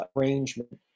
arrangement